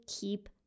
keep